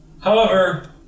However-